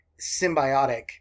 symbiotic